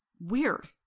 weird